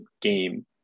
game